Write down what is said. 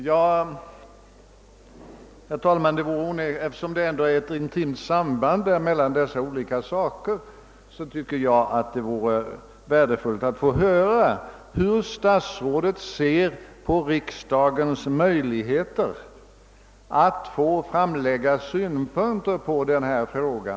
Eftersom det ändå råder ett intimt samband med dagens reform, tycker jag att det vore värdefullt att få höra hur statsrådet ser på riksdagens möjligheter att framlägga synpunkter även på denna senare fråga.